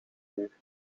uur